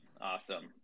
Awesome